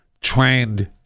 trained